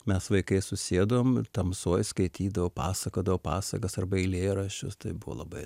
mes vaikai susėdom tamsoj skaitydavo pasakodavo pasakas arba eilėraščius tai buvo labai